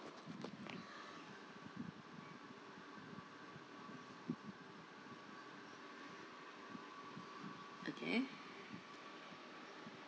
okay